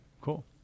cool